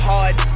Hard